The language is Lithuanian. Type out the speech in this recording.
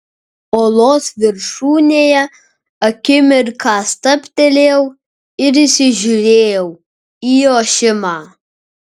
uolos viršūnėje akimirką stabtelėjau ir įsižiūrėjau į ošimą